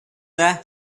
there